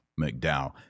McDowell